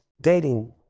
dating